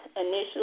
initially